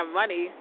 money